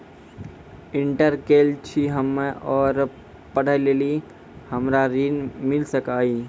Inter केल छी हम्मे और पढ़े लेली हमरा ऋण मिल सकाई?